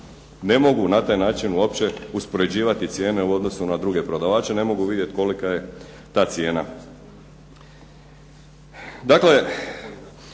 ne mogu na taj način uopće uspoređivati cijene u odnosu na druge prodavače, ne mogu vidjeti kolika je ta cijena. Dakle,